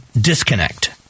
disconnect